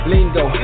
Lingo